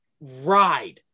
ride